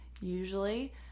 usually